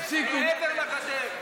מעבר לגדר.